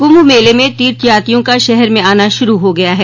कुंभ मेले में तीर्थयात्रियों का शहर में आना शुरू हो गया ह